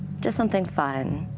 just something fun,